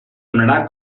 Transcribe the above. donarà